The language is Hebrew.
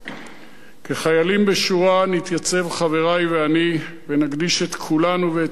כחיילים בשורה נתייצב חברי ואני ונקדיש את כולנו ואת עשייתנו,